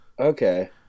Okay